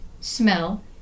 smell